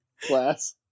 class